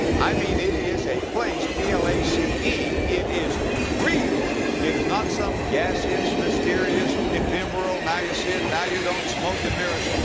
i mean it is a place, p l a c e it is real. it is not some gaseous, mysterious, ephemeral, now-you-see-it, now-you-don't, smoke and mirrors.